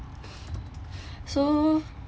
so